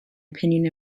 opinion